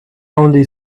only